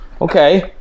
Okay